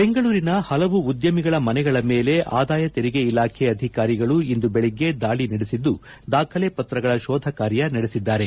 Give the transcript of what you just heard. ಬೆಂಗಳೂರಿನ ಹಲವು ಉದ್ಯಮಿಗಳ ಮನೆಗಳ ಮೇಲೆ ಆದಾಯ ತೆರಿಗೆ ಇಲಾಖೆ ಅಧಿಕಾರಿಗಳು ಇಂದು ಬೆಳಗ್ಗೆ ದಾಳಿ ನಡೆಸಿದ್ದು ದಾಖಲೆ ಪತ್ರಗಳ ಶೋಧ ಕಾರ್ಯ ನಡೆಸಿದ್ದಾರೆ